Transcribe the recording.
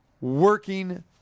working